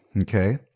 okay